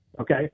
Okay